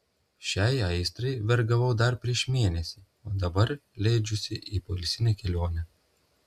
šiai aistrai vergavau dar prieš mėnesį o dabar leidžiuosi į poilsinę kelionę